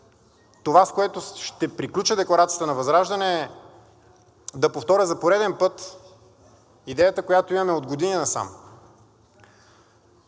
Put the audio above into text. това, с което ще приключа декларацията на ВЪЗРАЖДАНЕ, е да повторя за пореден път идеята, която имаме от години насам.